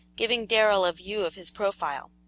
giving darrell a view of his profile.